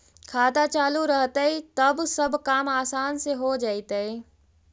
खाता चालु रहतैय तब सब काम आसान से हो जैतैय?